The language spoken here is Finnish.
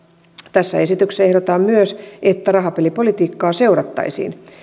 tässä esityksessä ehdotetaan myös että rahapelipolitiikkaa seurattaisiin